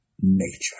nature